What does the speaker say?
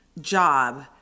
job